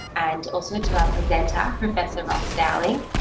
and also to our presenter, professor ross dowling.